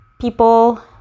people